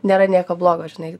nėra nieko blogo žinai